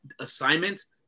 assignments